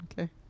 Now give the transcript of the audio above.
Okay